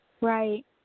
Right